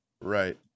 Right